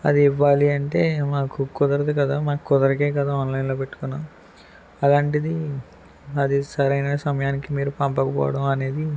అది ఇవ్వాలి అంటే మాకు కుదరదు కదా మాకు కుదరకే కదా ఆన్లైన్లో పెట్టుకున్నాం అలాంటిది అది సరైన సమయానికి మీరు పంపకపోవడం అనేది